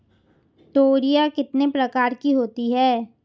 तोरियां कितने प्रकार की होती हैं?